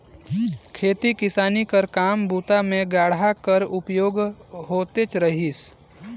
खेती किसानी कर काम बूता मे गाड़ा कर उपयोग होतेच रहिस